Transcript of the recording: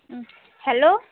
হুম hello